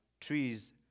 trees